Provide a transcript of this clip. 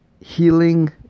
healing